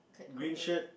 green shirt